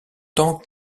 tant